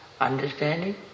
understanding